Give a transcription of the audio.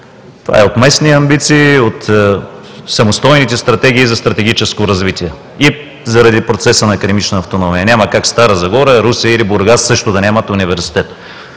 Това е от местни амбиции, от самостойните стратегии за стратегическо развитие и заради процеса на академична автономия. Няма как Стара Загора, Русе или Бургас също да нямат университет.